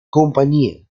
compañía